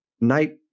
night